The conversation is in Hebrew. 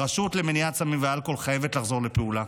הרשות למלחמה בסמים ובאלכוהול חייבת לחזור לפעולה.